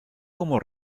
como